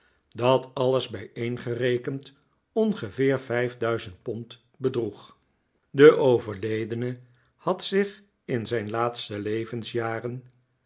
dat alles bijeengerekend ongeveer vijfduizend pond bedroeg de overledene had zich in zijn laatste levensjaren